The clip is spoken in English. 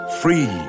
Free